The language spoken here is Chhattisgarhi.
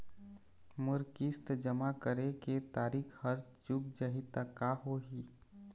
मोर किस्त जमा करे के तारीक हर चूक जाही ता का होही?